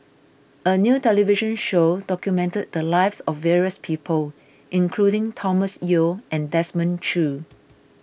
a new television show documented the lives of various people including Thomas Yeo and Desmond Choo